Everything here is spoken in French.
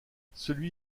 celui